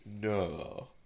no